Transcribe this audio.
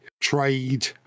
trade